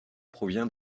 provient